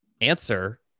answer